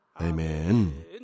Amen